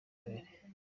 mbere